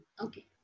Okay